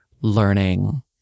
learning